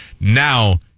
Now